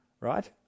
right